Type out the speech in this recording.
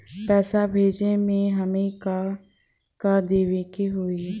पैसा भेजे में हमे का का देवे के होई?